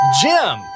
jim